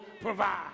provide